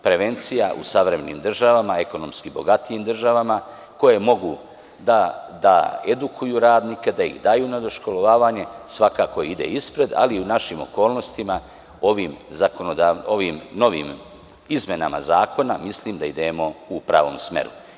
Prevencija u savremenim državama, ekonomski bogatijim državama, koje mogu da edukuju radnike, da ih daju na doškolovavanje, svakako ide ispred, ali i u našim okolnostima ovim novim izmenama zakona mislim da idemo u pravom smeru.